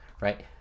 right